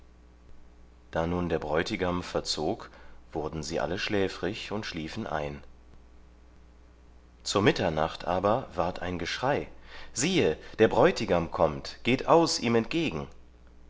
da nun der bräutigam verzog wurden sie alle schläfrig und schliefen ein zur mitternacht aber ward ein geschrei siehe der bräutigam kommt geht aus ihm entgegen